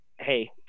hey